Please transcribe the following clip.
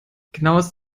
genaues